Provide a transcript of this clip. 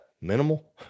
minimal